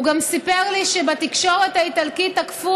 הוא גם סיפר לי שבתקשורת האיטלקית תקפו